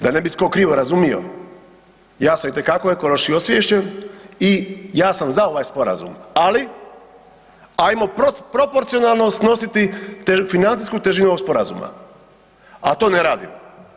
Da ne bi tko krivo razumio, ja sam itekako ekološki osviješćen i ja sam za ovaj sporazum ali ajmo proporcionalno snositi financijsku težinu ovog sporazuma a to ne radimo.